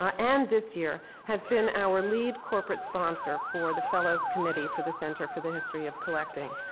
and this year, has been our lead corporate sponsor for the fellows committee for the center for the history of collecting.